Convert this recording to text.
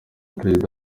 perezida